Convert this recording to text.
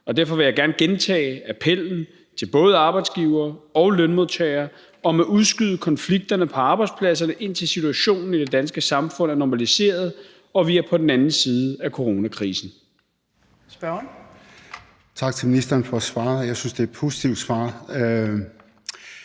og derfor vil jeg gerne gentage appellen til både arbejdsgivere og lønmodtagere om at udskyde konflikterne på arbejdspladserne, indtil situationen i det danske samfund er normaliseret og vi er på den anden side af coronakrisen. Kl. 14:41 Fjerde næstformand (Trine Torp): Spørgeren. Kl.